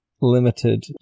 limited